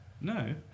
no